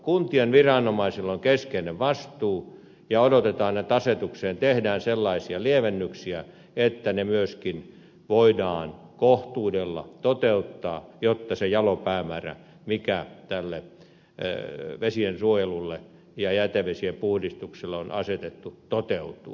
kuntien viranomaisilla on keskeinen vastuu ja odotetaan että asetukseen tehdään sellaisia lievennyksiä että ne myöskin voidaan kohtuudella toteuttaa jotta se jalo päämäärä mikä tälle vesiensuojelulle ja jätevesien puhdistukselle on asetettu toteutuu